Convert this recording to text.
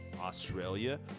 australia